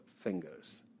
fingers